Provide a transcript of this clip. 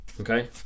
Okay